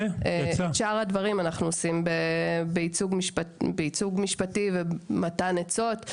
אבל את שאר הדברים אנחנו עושים בהתנדבות; ייצוג משפטי ומתן עצות,